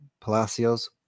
Palacios